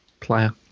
player